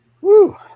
Woo